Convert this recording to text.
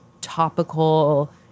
topical